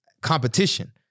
competition